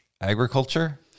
agriculture